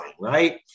right